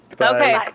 Okay